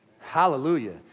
hallelujah